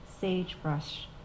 sagebrush